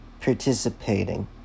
participating